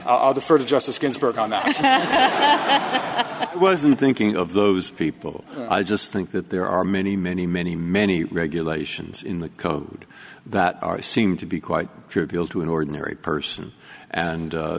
to justice ginsburg on that i wasn't thinking of those people i just think that there are many many many many regulations in the code that are seem to be quite trivial to an ordinary person and